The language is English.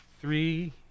three